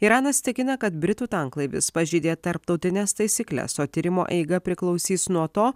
iranas tikina kad britų tanklaivis pažeidė tarptautines taisykles o tyrimo eiga priklausys nuo to